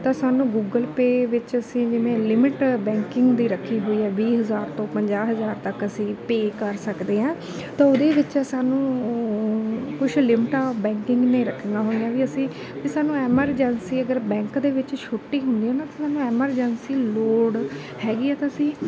ਤਾਂ ਸਾਨੂੰ Google pay ਵਿੱਚ ਅਸੀਂ ਜਿਵੇਂ ਲਿਮਿਟ ਬੈਂਕਿੰਗ ਦੀ ਰੱਖੀ ਹੋਈ ਹੈ ਵੀਹ ਹਜ਼ਾਰ ਤੋਂ ਪੰਜਾਹ ਹਜ਼ਾਰ ਤੱਕ ਅਸੀਂ ਪੇ ਕਰ ਸਕਦੇ ਹਾਂ ਤਾਂ ਉਹਦੇ ਵਿੱਚ ਸਾਨੂੰ ਉਹ ਕੁਛ ਲਿਮਟਾਂ ਬੈਂਕਿੰਗ ਨੇ ਰੱਖੀਆਂ ਹੋਈਆਂ ਵੀ ਅਸੀਂ ਵੀ ਸਾਨੂੰ ਐਮਰਜੈਂਸੀ ਅਗਰ ਬੈਂਕ ਦੇ ਵਿੱਚ ਛੁੱਟੀ ਹੁੰਦੀ ਹੈ ਨਾ ਤਾਂ ਸਾਨੂੰ ਐਮਰਜੈਂਸੀ ਲੋੜ ਹੈਗੀ ਹੈ ਤਾਂ ਅਸੀਂ